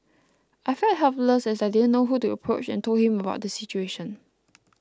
I felt helpless as I didn't know who to approach and told him about the situation